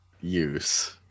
use